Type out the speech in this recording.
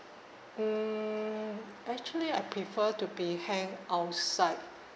mm actually I prefer to be hanged outside